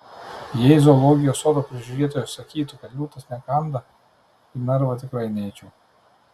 jei zoologijos sodo prižiūrėtojas sakytų kad liūtas nekanda į narvą tikrai neičiau